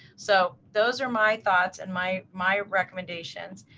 so those are my thoughts and my my recommendations.